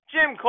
Jim